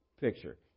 picture